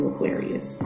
Aquarius